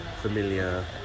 familiar